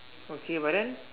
okay but then